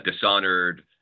Dishonored